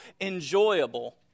enjoyable